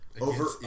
over